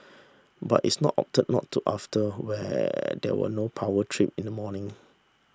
but its not opted not to after where there were no power trip in the morning